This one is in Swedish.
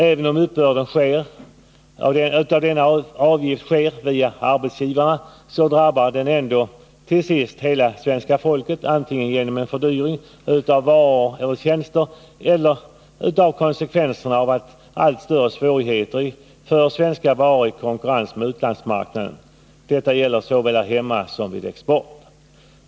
Även om uppbörden av denna avgift sker via arbetsgivare drabbar den ändå till sist hela det svenska folket, antingen genom en fördyring av varor och tjänster eller genom konsekvenserna av att det blir allt större svårigheter för svenska varor att konkurrera med utlandsmarknaden. Detta gäller såväl här hemma som vid export.